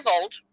old